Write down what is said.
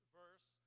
verse